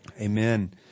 Amen